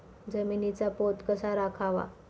जमिनीचा पोत कसा राखावा?